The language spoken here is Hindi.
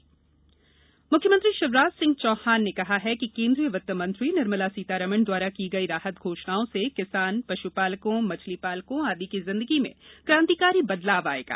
मुख्यमंत्री प्रतिक्रिया म्ख्यमंत्री शिवराज सिंह चौहान ने कहा है कि केन्द्रीय वित्त मंत्री श्रीमती निर्मला सीतारमन द्वारा की गई राहत घोषणाओं से किसान पश्पालकों मछली पालकों आदि की जिन्दगी में क्रांतिकारी बदलाव आएगा